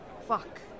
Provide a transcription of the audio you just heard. Fuck